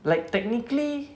like technically